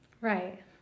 Right